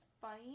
funny